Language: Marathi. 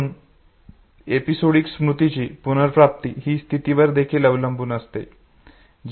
म्हणून एपिसोडिक स्मृतीची पुनर्प्राप्ती ही स्थितीवर देखील अवलंबून असते